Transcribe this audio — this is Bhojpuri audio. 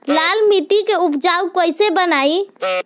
लाल मिट्टी के उपजाऊ कैसे बनाई?